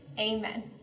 amen